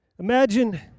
Imagine